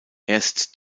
erst